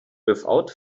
without